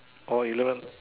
or eleven